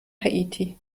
haiti